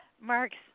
Mark's